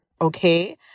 okay